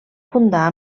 fundar